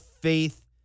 faith